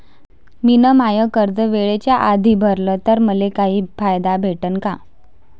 मिन माय कर्ज वेळेच्या आधी भरल तर मले काही फायदा भेटन का?